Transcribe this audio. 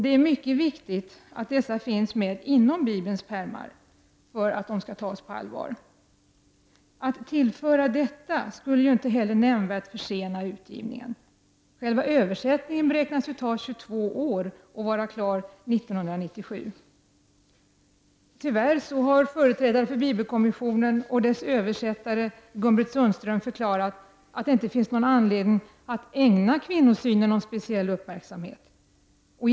Det är mycket viktigt att detta finns med inom Bibelns pärmar, för att det skall tas på allvar. Att tillföra detta skulle inte heller nämnvärt försena utgivningen. Själva översättningen beräknas ju ta ca 22 år och vara klar 1997. Tyvärr har företrädare för bibelkommissionen och dess översättare Gun Britt Sundström förklarat att det inte finns någon anledning att ägna kvinno synen speciell uppmärksamhet.